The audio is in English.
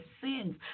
sins